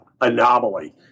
anomaly